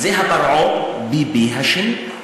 זה פרעה ביבי השני.